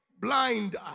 blind